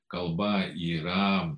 kalba yra